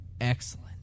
Excellent